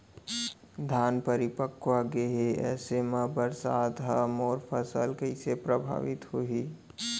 धान परिपक्व गेहे ऐसे म बरसात ह मोर फसल कइसे प्रभावित होही?